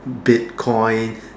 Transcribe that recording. bitcoin